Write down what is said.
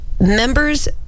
members